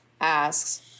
asks